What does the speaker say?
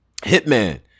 Hitman